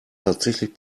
tatsächlich